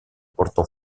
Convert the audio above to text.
portò